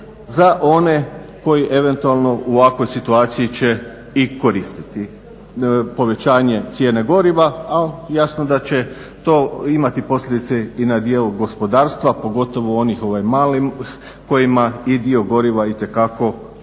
za one koji eventualno u ovakvoj situaciji će i koristiti povećanje cijene goriva a jasno da će to imati posljedice i na dijelu gospodarstva pogotovo onih malih kojima i dio goriva itekako sudjeluje